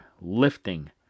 Lifting